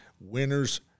winners